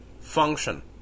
function